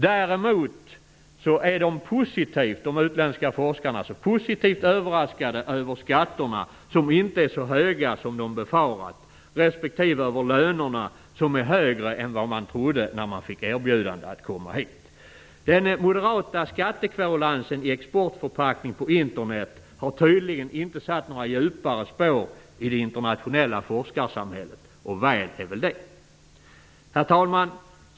Däremot är de utländska forskarna positivt överraskade över skatterna som inte är så höga som de befarat respektive över lönerna som är högre än vad man trodde när man fick erbjudande om att komma hit. Den moderata skattekverulansen i exportförpackning på internet har tydligen inte satt några djupare spår i det internationella forskarsamhället. Och väl är väl det. Herr talman!